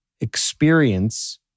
experience